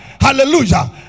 Hallelujah